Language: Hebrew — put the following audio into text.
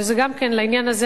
וגם לעניין הזה,